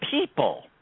people